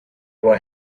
were